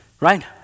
right